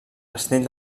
castell